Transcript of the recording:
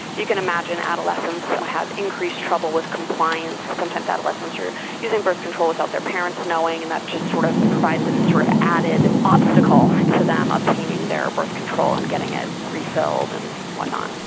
you can imagine adolescents have increased trouble with compliance. sometimes adolescents are using birth control without their parents knowing and that just sort of provides and sort of an added obstacle to them obtaining their birth control and getting it refilled and whatnot.